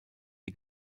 die